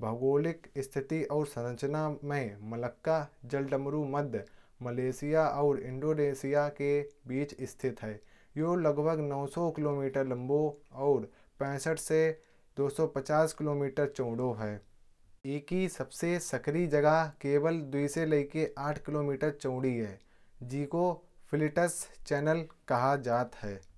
भौगोलिक स्थिति और संरचना में मलक्का जल धमुरुमध मलेशिया और इंडोनेशिया के बीच स्थित है। यह लगभग नौ सौ किलोमीटर लंबा और पैंसठ से दो सौ पचास किलोमीटर चौड़ा है। इसका सबसे सकरी स्थल केवल द्वीसेलय के आठ किलोमीटर चौड़ा है। जिसे फ्लीट्स चैनल कहा जाता है।